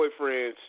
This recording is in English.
boyfriends